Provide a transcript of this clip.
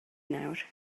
nawr